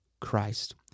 Christ